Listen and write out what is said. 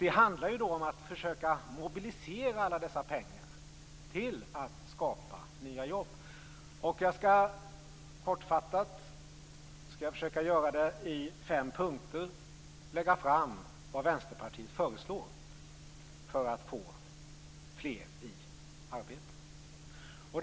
Det handlar om att försöka mobilisera alla dessa pengar för att skapa nya jobb. Jag skall försöka att kortfattat i fem punkter lägga fram vad Vänsterpartiet föreslår för att få fler i arbete.